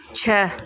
छह